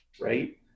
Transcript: right